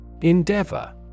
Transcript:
Endeavor